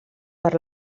per